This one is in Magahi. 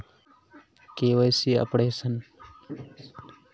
KYC updation?